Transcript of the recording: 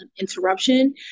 interruption